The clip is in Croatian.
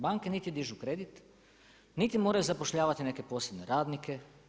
Banke neka dižu kredit, niti moraju zapošljavati neke posebne radnike.